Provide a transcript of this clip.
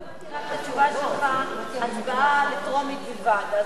לא הבנתי רק את התשובה שלך, הצבעה על טרומית בלבד.